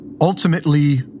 Ultimately